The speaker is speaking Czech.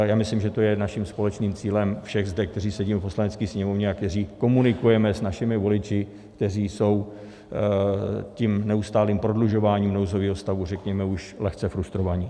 Já myslím, že to je naším společným cílem všech zde, kteří sedíme v Poslanecké sněmovně a kteří komunikujeme s našimi voliči, kteří jsou tím neustálým prodlužováním nouzového stavu, řekněme, už lehce frustrovaní.